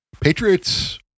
Patriots